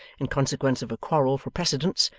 in consequence of a quarrel for precedence,